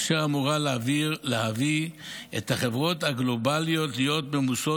אשר אמורה להביא את החברות הגלובליות להיות ממוסות